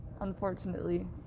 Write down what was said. Unfortunately